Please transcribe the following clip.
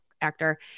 actor